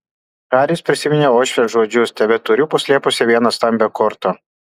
haris prisiminė uošvės žodžius tebeturiu paslėpusi vieną stambią kortą